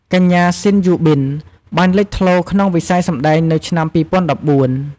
កញ្ញា ស៊ីន យូប៊ីន បានលេចធ្លោក្នុងវិស័យសម្តែងនៅឆ្នាំ ២០១៤។